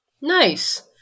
nice